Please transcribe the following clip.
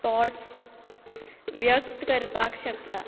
thoughts व्यक्त करपाक शकता